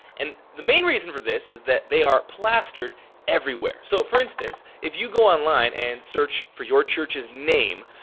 and the main reason for this is that they are plastered everywhere. so for instance, if you go online and search for your church's name,